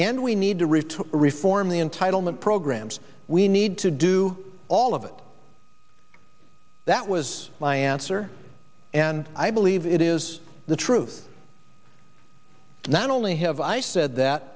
and we need to retool reform the entitlement programs we need to do all of it that was my answer and i believe it is the truth not only have i said that